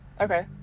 okay